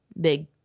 big